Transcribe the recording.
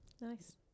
Nice